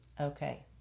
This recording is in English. Okay